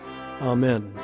Amen